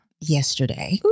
yesterday